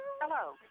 Hello